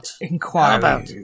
inquiry